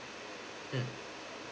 mm